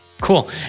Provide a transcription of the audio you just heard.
Cool